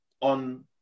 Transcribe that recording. on